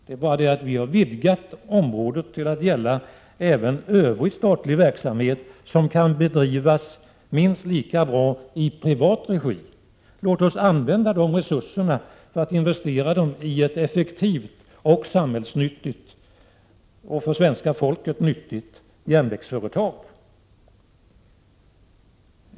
Det är bara det att vi har vidgat området till att gälla även övrig statlig verksamhet som kan bedrivas minst lika bra i privat regi. Låt oss investera dessa resurser för att åstadkomma ett effektivt, samhällsnyttigt och för svenska folket nyttigt järnvägsföretag.